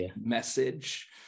message